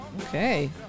Okay